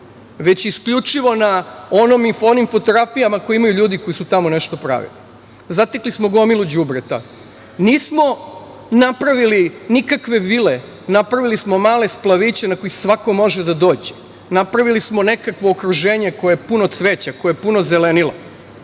već isključivo na onim fotografijama koji imaju ljudi koji su tamo nešto pravili. Zatekli smo gomilu đubreta. Nismo napravili nikakve vile, napravili smo male splavove na kojima može svako da dođe, napravili smo nekakvo okruženje koje je puno cveća, koje je puno zelenila